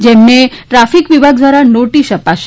જેમને ટ્રાફીક વિભાગ ધ્વારા નોટીસ અપાશે